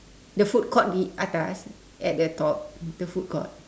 the food court the atas at the top the food court